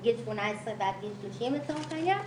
מגיל 18 ועד גיל 30 לצורך העניין,